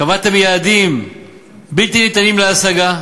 קבעתם יעדים בלתי ניתנים להשגה,